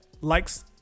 likes